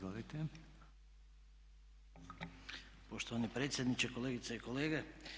Poštovani predsjedniče, kolegice i kolege.